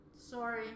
Sorry